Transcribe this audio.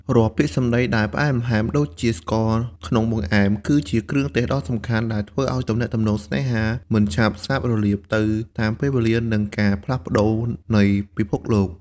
រាល់ពាក្យសម្ដីដែលផ្អែមល្ហែមដូចជាជាតិស្ករក្នុងបង្អែម គឺជាគ្រឿងទេសដ៏សំខាន់ដែលធ្វើឱ្យទំនាក់ទំនងស្នេហាមិនឆាប់សាបរលាបទៅតាមពេលវេលា និងការផ្លាស់ប្ដូរនៃពិភពលោក។